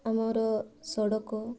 ଆମର ସଡ଼କ